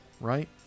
right